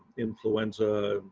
influenza,